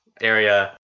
area